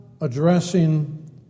addressing